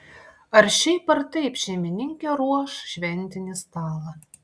ar šiaip ar taip šeimininkė ruoš šventinį stalą